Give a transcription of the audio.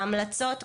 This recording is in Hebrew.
ההמלצות,